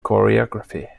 choreography